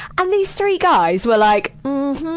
and these three guys were like,